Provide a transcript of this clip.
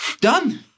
Done